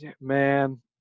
man